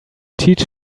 teach